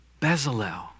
Bezalel